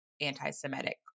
anti-Semitic